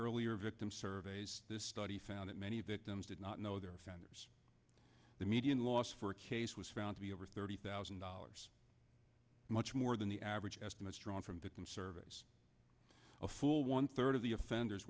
earlier victim surveys this study found that many victims did not know their offenders the median loss for a case was found to be over thirty thousand dollars much more than the average estimates drawn from victim services a full one third of the offenders